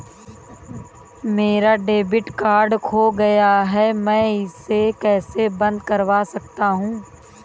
मेरा debit card खो गया है मैं इसे कैसे बंद करवा सकता हूँ?